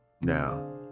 now